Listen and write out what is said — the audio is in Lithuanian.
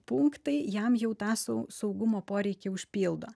punktai jam jau tą sau saugumo poreikį užpildo